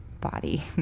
body